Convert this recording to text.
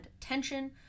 tension